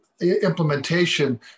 implementation